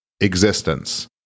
existence